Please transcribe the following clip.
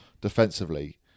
defensively